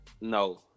No